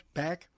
back